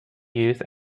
used